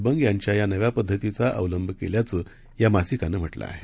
बंग यांच्या या नव्या पद्धतीचा अवलंब केल्याचं या मासिकाने म्हटलं आहे